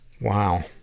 Wow